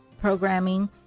Programming